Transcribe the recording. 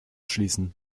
schließen